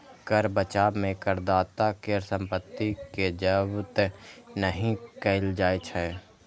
कर बचाव मे करदाता केर संपत्ति कें जब्त नहि कैल जाइ छै